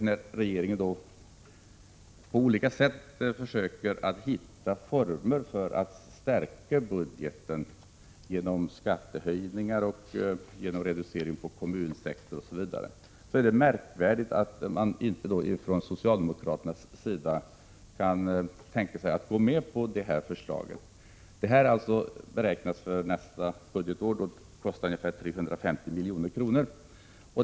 När regeringen på olika sätt försöker hitta former för att stärka budgeten genom skattehöjningar, genom reduceringar på kommunsektorn osv., så är det märkvärdigt att socialdemokraterna inte kan tänka sig att gå med på vårt förslag. Ett genomförande av förslaget skulle för nästa budgetår spara ungefär 350 milj.kr.